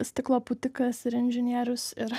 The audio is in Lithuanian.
stiklo pūtikas ir inžinierius ir